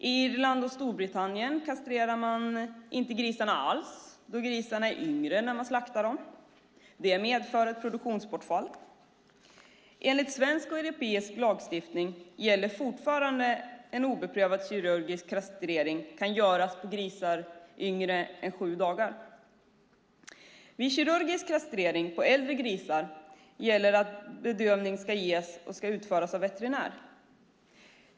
I Irland och Storbritannien kastrerar man inte grisarna alls eftersom grisarna är yngre när man slaktar dem, vilket medför ett produktionsbortfall. Enligt svensk och europeisk lagstiftning gäller fortfarande att obedövad kirurgisk kastrering kan göras på grisar yngre än sju dagar. Vid kirurgisk kastrering på äldre grisar gäller att bedövning ska ges och ska utföras av veterinär.